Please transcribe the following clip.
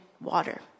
water